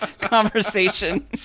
conversation